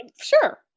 Sure